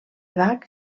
bach